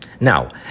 Now